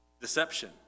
Deception